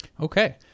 Okay